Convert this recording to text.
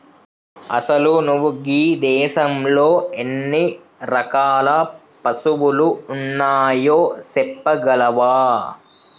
అసలు నువు గీ దేసంలో ఎన్ని రకాల పసువులు ఉన్నాయో సెప్పగలవా